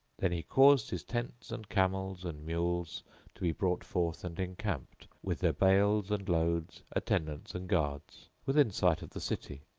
then he caused his tents and camels and mules to be brought forth and encamped, with their bales and loads, attend ants and guards, within sight of the city,